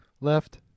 left